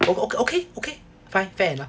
o~ o~ okay okay fine fair enough